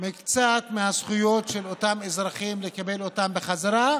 למען הזכויות של אותם אזרחים, לקבל אותן בחזרה.